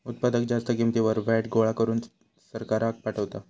उत्पादक जास्त किंमतीवर व्हॅट गोळा करून सरकाराक पाठवता